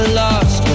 lost